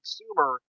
consumer